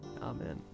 Amen